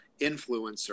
influencer